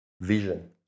vision